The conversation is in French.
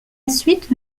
suite